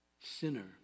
sinner